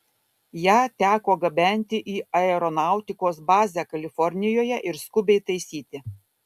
ją teko gabenti į aeronautikos bazę kalifornijoje ir skubiai taisyti